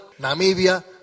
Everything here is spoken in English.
Namibia